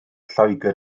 lloegr